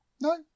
No